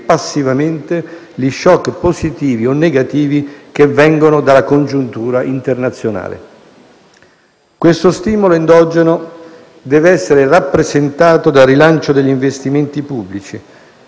passivamente gli *shock* positivi o negativi che vengono dalla congiuntura internazionale. Questo stimolo endogeno deve essere rappresentato dal rilancio degli investimenti pubblici